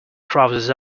trousers